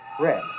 red